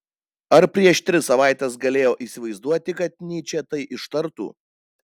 ar prieš tris savaites galėjo įsivaizduoti kad nyčė tai ištartų